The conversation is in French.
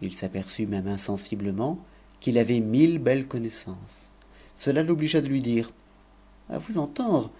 il s'aperçut même insensibipn il qu'il avait mille belles connaissances cela l'obligea de lui dire a entendre